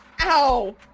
Ow